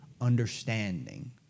understanding